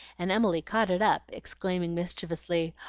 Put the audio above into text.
and emily caught it up, exclaiming mischievously,